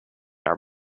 are